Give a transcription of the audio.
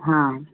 हँ